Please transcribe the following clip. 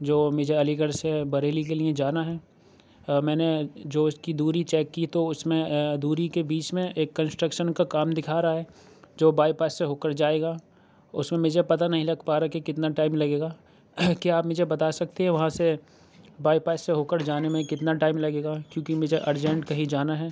جو مجھے علی گڑھ سے بریلی کے لیے جانا ہے میں نے جو اُس کی دوری چیک کی تو اُس میں دوری کے بیچ میں ایک کنسٹرکشن کا کام دکھا رہا ہے جو بائی پاس سے ہو کر جائے گا اُس میں مجھے پتا نہیں لگ پا رہا ہے کہ کتنا ٹائم لگے گا کیا آپ مجھے بتا سکتے ہیں وہاں سے بائی پاس سے ہو کر جانے میں کتنا ٹائم لگے گا کیوں کہ مجھے ارجنٹ کہیں جانا ہے